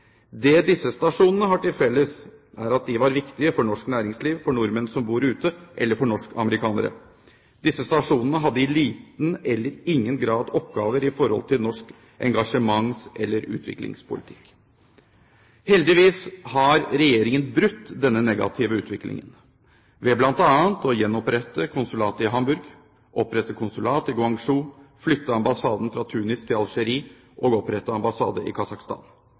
Det disse stasjonene har til felles, er at de var viktige for norsk næringsliv, for nordmenn som bor ute eller for norskamerikanere. Disse stasjonene hadde i liten eller ingen grad oppgaver i forhold til norsk engasjements- eller utviklingspolitikk. Heldigvis har Regjeringen brutt denne negative utviklingen ved bl.a. å gjenopprette konsulatet i Hamburg, opprette konsulat i Guangzhou, flytte ambassaden fra Tunis til Algerie og opprette ambassade i